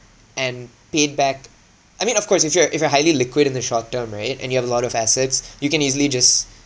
and paid back I mean of course if you're if you're highly liquid in the short term right and you have a lot of assets you can easily just